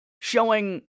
showing